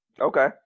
okay